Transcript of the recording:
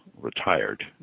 Retired